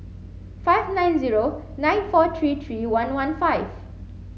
five nine zero nine four three three one one five